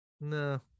No